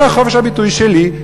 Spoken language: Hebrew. זה חופש הביטוי שלי.